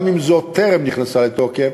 גם אם זו טרם נכנסה לתוקף,